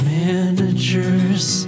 manager's